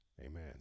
Amen